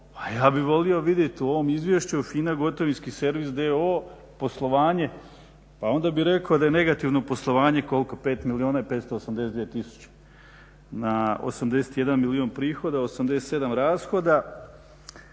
ja bih volio vidjet u ovom izvješću FINA gotovinski servis d.o.o. poslovanje, pa onda bih rekao da je negativno poslovanje koliko 5 milijuna i 582000 na 81 milijun prihoda, 87 rashoda.